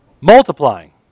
Multiplying